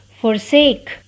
forsake